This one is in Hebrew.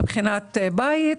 מבחינת בית,